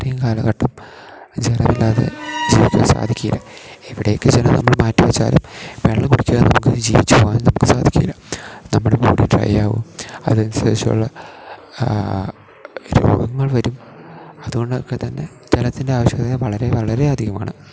ഇത്രയും കാലഘട്ടം ജലമില്ലാതെ ജീവിക്കുവാൻ സാധിക്കുകയില്ല എവിടേക്ക് ജലം നമ്മൾ മാറ്റി വെച്ചാലും വെള്ളം കുടിക്കാതെ നമുക്ക് ജീവിച്ച് പോവാൻ നമുക്ക് സാധിക്കില്ല നമ്മുടെ ബോഡി ഡ്രൈ ആവും അതനുസരിച്ചുള്ള രോഗങ്ങൾ വരും അതുകൊണ്ടൊക്കെ തന്നെ ജലത്തിൻ്റെ ആവശ്യകത വളരെ വളരെയധികമാണ്